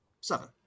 Seven